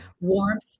warmth